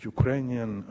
Ukrainian